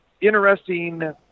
interesting